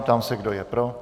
Ptám se, kdo je pro.